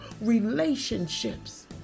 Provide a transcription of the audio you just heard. relationships